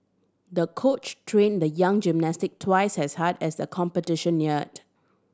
the coach trained the young gymnast twice as hard as the competition neared